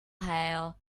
hail